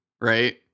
right